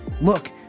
Look